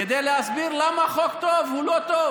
כדי להסביר למה חוק טוב הוא לא טוב?